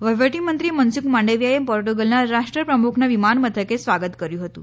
વ્હાવટા મંત્રી મનસુખ માંડવીયાએ પોર્ટુગલના રાષ્ટ્રપપ્રમુખનું વિમાન મથકે સ્વાગત કર્યું હતું